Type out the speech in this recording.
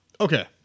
Okay